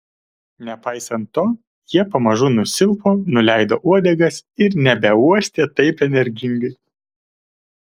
nepaisant to jie pamažu nusilpo nuleido uodegas ir nebeuostė taip energingai